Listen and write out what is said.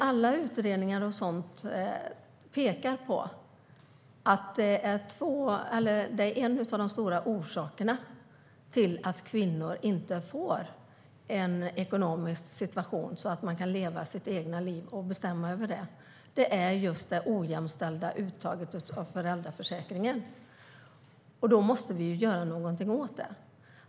Alla utredningar pekar på att en av de stora orsakerna till att kvinnor inte har en ekonomisk situation som gör det möjligt att leva och bestämma över sitt eget liv är det ojämställda uttaget av föräldraförsäkringen. Då måste vi göra något åt det.